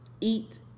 eat